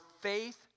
faith